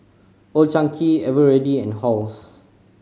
Old Chang Kee Eveready and Halls